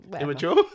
immature